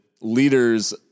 leaders